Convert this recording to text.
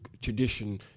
tradition